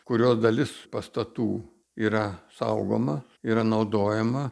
kurio dalis pastatų yra saugoma yra naudojama